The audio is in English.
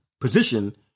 position